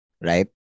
right